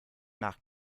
nach